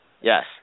Yes